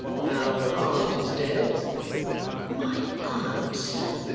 now her aunt is dead my aunt, sir!